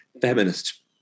feminist